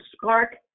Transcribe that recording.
spark